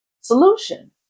solution